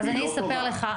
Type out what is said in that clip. אז אני אספר לך.